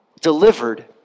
delivered